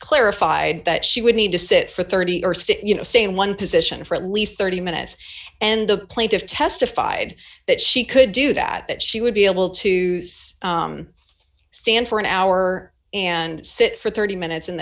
clarified that she would need to sit for thirty or stick you know say one position for at least thirty minutes and the plaintiff testified that she could do that that she would be able to stand for an hour and sit for thirty minutes and